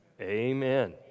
Amen